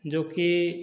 जो कि